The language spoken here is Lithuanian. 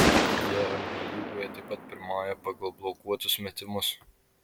jie eurolygoje taip pat pirmauja pagal blokuotus metimus